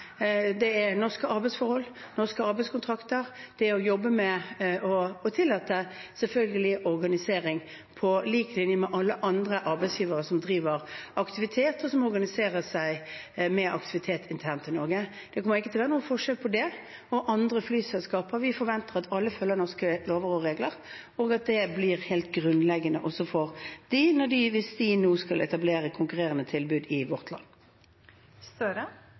Det er norske arbeidsforhold, norske arbeidskontrakter, det er å jobbe med og selvfølgelig tillate organisering, på lik linje med alle andre arbeidsgivere som driver aktivitet og organiserer seg med aktivitet internt i Norge. Det kommer ikke til å være noen forskjell på det og andre flyselskaper. Vi forventer at alle følger norske lover og regler, og det blir helt grunnleggende også for dem hvis de nå skal etablere konkurrerende tilbud i vårt